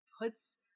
puts